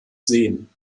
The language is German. seen